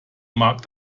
mag